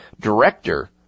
director